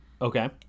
Okay